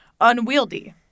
unwieldy